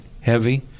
heavy